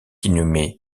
inhumée